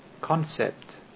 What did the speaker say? concept